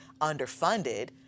underfunded